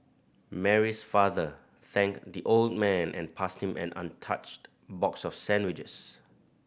Mary's father thanked the old man and passed him an untouched box of sandwiches